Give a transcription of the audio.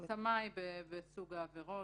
ההתאמה היא בסוג העבירות.